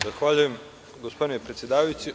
Zahvaljujem gospodine predsedavajući.